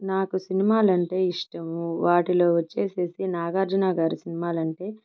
నాకు సినిమాలు అంటే ఇష్టమూ వాటిలో వచ్చేసేసి నాగార్జున గారి సినిమాలు అంటే